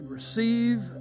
Receive